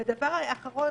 ודבר אחרון,